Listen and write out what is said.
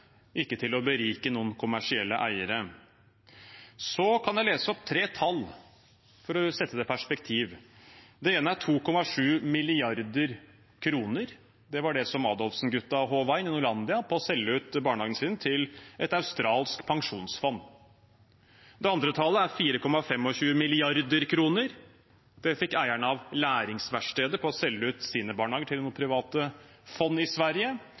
ikke til å berike noen kommersielle eiere. Jeg kan lese opp tre tall for å sette det i perspektiv. Det ene er 2,7 mrd. kr. Det var det som Adolfsen-gutta i Norlandia håvet inn på å selge ut barnehagene sine til et australsk pensjonsfond. Det andre tallet er 4,25 mrd. kr. Det fikk eierne av Læringsverkstedet for å selge ut sine barnehager til private fond i Sverige.